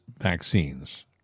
vaccines